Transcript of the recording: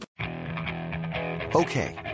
okay